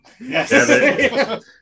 Yes